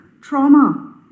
trauma